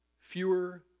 fewer